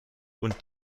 und